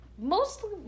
Mostly